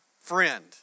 friend